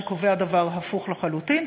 שקובע דבר הפוך לחלוטין,